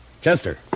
Chester